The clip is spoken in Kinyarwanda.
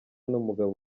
n’umugabo